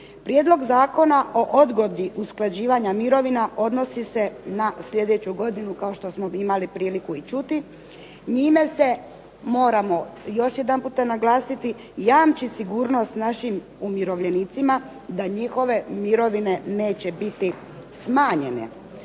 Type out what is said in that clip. Prijedlog Zakona o odgodi usklađivanja mirovina odnosi se na sljedeću godinu kao što smo imali priliku i čuti. Njime se, moramo još jedanputa naglasiti, jamči sigurnost našim umirovljenicima da njihove mirovine neće biti smanjene.